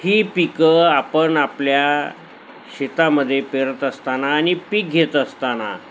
ही पिकं आपण आपल्या शेतामध्ये पेरत असताना आणि पीक घेत असताना